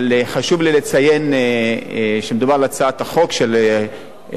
אבל חשוב לי לציין שמדובר על הצעת חוק של השמה,